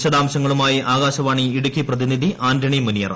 വിശദാംശങ്ങളുമായി ആകാശവാണി ഇടുക്കി പ്രതിനിധി ആൻണി മുനിയറ